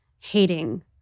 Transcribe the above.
hating